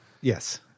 Yes